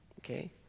okay